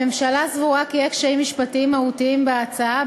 הממשלה סבורה כי יש קשיים משפטיים מהותיים בהצעה,